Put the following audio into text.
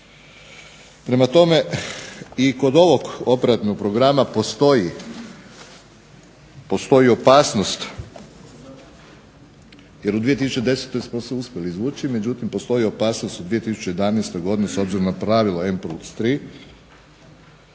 Prema tome, i kod ovog operativnog programa postoji opasnost jer u 2010. smo se uspjeli izvući, međutim postoji opasnost u 2011. godini s obzirom na pravilo 1+3